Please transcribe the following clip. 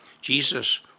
Jesus